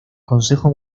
consejo